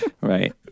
Right